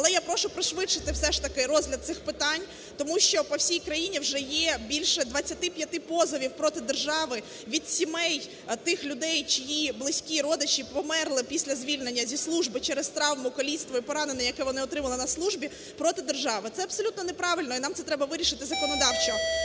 Але я прошу пришвидшити все ж таки розгляд цих питань, тому що по всій країні вже є більше 25 позовів проти держави від сімей тих людей, чиї близькі родичі померли після звільнення зі служби через травму, каліцтво й поранення, яке вони отримали на службі, проти держави. Це абсолютно неправильно, і нам це треба вирішити законодавчо.